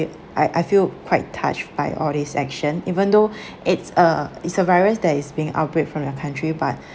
I I feel quite touched by all these action even though it's a it's a virus that is being outbreak from their country but